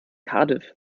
cardiff